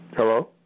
Hello